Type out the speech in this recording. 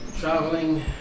Traveling